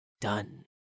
done